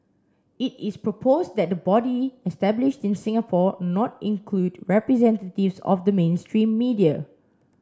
it is proposed that the body established in Singapore not include representatives of the mainstream media